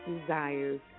desires